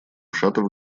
шатов